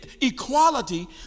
equality